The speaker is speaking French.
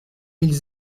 ils